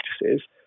practices